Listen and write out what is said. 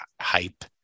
hype